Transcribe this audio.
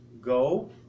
Go